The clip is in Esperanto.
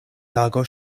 tago